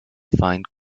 find